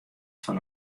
fan